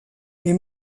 les